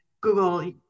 Google